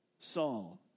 Saul